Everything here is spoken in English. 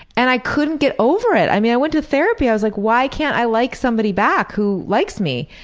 and i couldn't get over it. i mean i went to therapy and i was like why can i like somebody back who likes me?